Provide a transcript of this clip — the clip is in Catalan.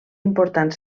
important